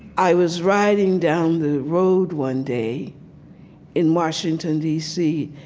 i was riding down the road one day in washington, d c.